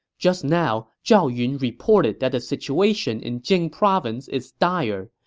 just now, zhao yun reported that the situation in jing province is dire.